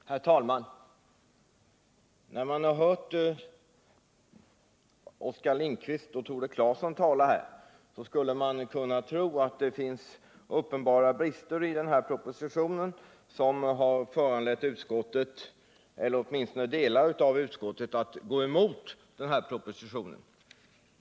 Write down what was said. Herr talman! När man lyssnat till Oskar Lindkvist och Tore Claeson skulle man kunna tro att det finns uppenbara brister i den nu aktuella propositionen som föranlett utskottet, eller åtminstone delar av utskottet, att gå emot vad som där föreslås.